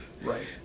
Right